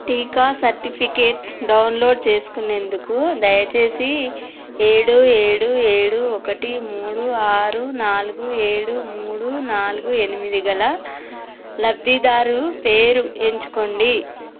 టీకా certificate download చేసుకునేందుకు దయచేసి ఏడు ఏడు ఏడు ఒకటి మూడు ఆరు నాలుగు ఏడు మూడు నాలుగు ఎనిమిది గల లబ్ధిదారు పేరు ఎంచుకోండి